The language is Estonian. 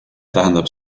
tähendab